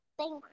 thank